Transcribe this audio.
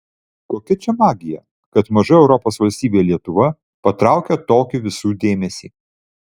kokia čia magija kad maža europos valstybė lietuva patraukia tokį visų dėmesį